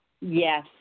yes